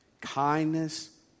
Kindness